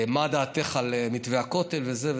מה דעתך על מתווה הכותל וזה.